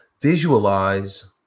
Visualize